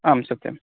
आम् सत्यं